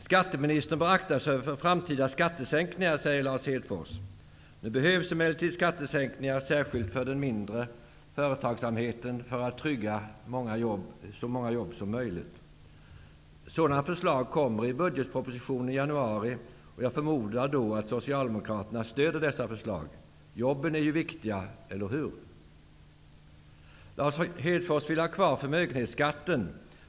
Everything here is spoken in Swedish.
Skatteministern bör akta sig för framtida skattesänkningar, säger Lars Hedfors. Nu behövs emellertid skattesänkningar särskilt för de mindre företagen för att trygga så många jobb som möjligt. Sådana förslag kommer i budgetpropositionen i januari. Jag förmodar att Socialdemokraterna stöder dessa förslag. Jobben är viktiga, eller hur? Lars Hedfors vill ha kvar förmögenhetsskatten.